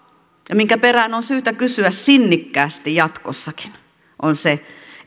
ja jonka perään on syytä kysyä sinnikkäästi jatkossakin on se